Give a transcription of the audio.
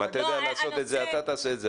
אם אתה יודע לעשות את זה, אתה תעשה את זה.